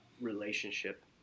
relationship